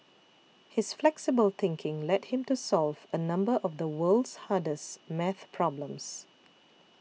his flexible thinking led him to solve a number of the world's hardest math problems